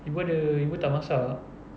ibu ada ibu tak masak